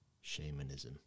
shamanism